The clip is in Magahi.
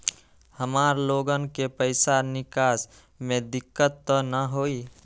हमार लोगन के पैसा निकास में दिक्कत त न होई?